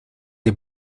del